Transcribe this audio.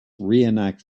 reenact